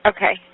Okay